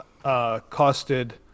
costed